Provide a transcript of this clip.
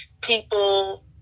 people